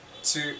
Two